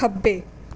ਖੱਬੇ